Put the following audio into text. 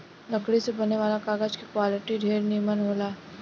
लकड़ी से बने वाला कागज के क्वालिटी ढेरे निमन होला